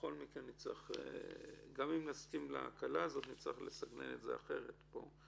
בכל מקרה גם אם נסכים להקלה הזאת נצטרך לסגנן את זה אחרת פה.